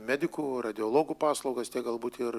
medikų radiologų paslaugas tiek galbūt ir